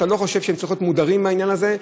לא חושב שהם צריכים להיות מודרים מהעניין הזה,